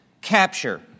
capture